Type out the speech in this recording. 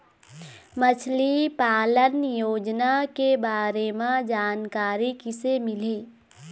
मछली पालन योजना के बारे म जानकारी किसे मिलही?